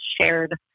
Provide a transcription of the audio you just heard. shared